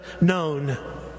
known